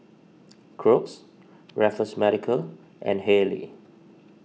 Crocs Raffles Medical and Haylee